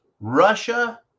Russia